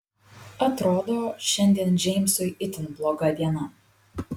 atrodo šiandien džeimsui itin bloga diena